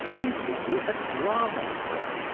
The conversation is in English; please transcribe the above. we bring you a drama, sir.